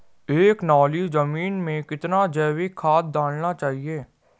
एक नाली जमीन में कितना जैविक खाद डालना चाहिए?